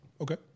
Okay